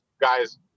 guys